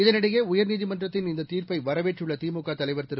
இதனிடையே உயர்நீதிமன்றத்தின் இந்த தீர்ப்பை வரவேற்றுள்ள திமுக தலைவர் திரு